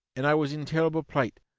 and i was in terrible plight.